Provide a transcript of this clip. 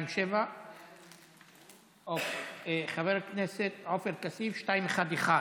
127. חבר הכנסת עופר כסיף, מס' 211,